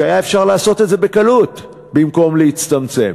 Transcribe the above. כשהיה אפשר לעשות את זה בקלות במקום להצטמצם,